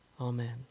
amen